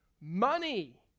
money